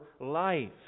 life